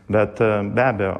bet be abejo